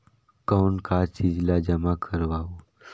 कौन का चीज ला जमा करवाओ?